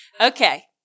Okay